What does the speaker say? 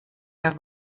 der